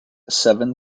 seven